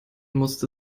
musste